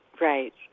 right